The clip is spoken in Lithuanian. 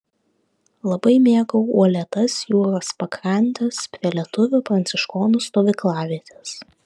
labai mėgau uolėtas jūros pakrantes prie lietuvių pranciškonų stovyklavietės